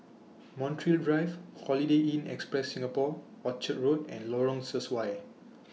Montreal Drive Holiday Inn Express Singapore Orchard Road and Lorong Sesuai